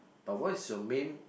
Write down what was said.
but what is your main